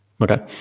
Okay